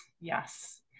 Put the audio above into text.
yes